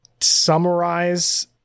summarize